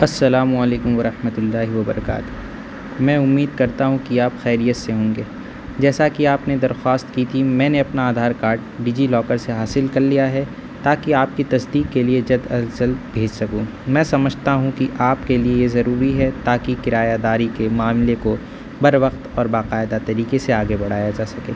السلام علیکم ورحمتہ اللہ وبرکات میں امید کرتا ہوں کہ آپ خیریت سے ہوں گے جیسا کہ آپ نے درخواست کی تھی میں نے اپنا آدھار کارڈ ڈیجی لاکر سے حاصل کر لیا ہے تاکہ آپ کی تصدیق کے لیے جد از جلد بھیج سکوں میں سمجھتا ہوں کہ آپ کے لیے یہ ضروری ہے تاکہ کرایا داری کے معاملے کو بر وقت اور باقاعدہ طریقے سے آگے بڑھایا جا سکے